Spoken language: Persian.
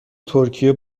ترکیه